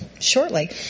Shortly